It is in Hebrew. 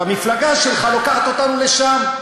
והמפלגה שלך לוקחת אותנו לשם.